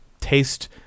taste